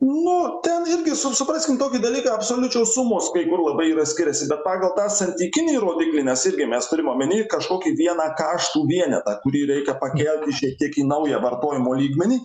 nu ten irgi su supraskim tokį dalyką absoliučios sumos kai kur labai yra skiriasi bet pagal tą santykinį rodiklį mes irgi mes turim omeny kažkokį vieną kaštų vienetą kurį reikia pakelti šiek tiek į naują vartojimo lygmenį